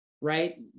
right